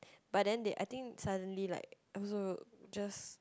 but then they I think suddenly like I also just